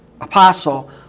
Apostle